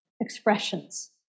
expressions